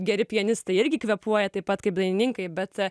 geri pianistai irgi kvėpuoja taip pat kaip dainininkai bet